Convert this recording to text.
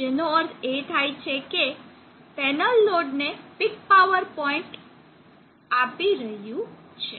જેનો અર્થ એ થાય છે કે પેનલ લોડને પીક પાવર પોઇન્ટ આપી રહ્યું છે